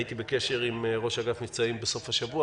הייתי בקשר עם ראש אגף המבצעים בסוף השבוע